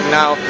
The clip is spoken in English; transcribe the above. now